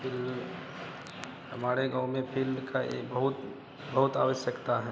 fill में हमारे गाँव में फिल्ड की एक बहुत बहुत आवश्यकता है